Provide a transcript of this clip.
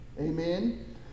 Amen